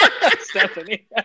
Stephanie